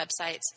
websites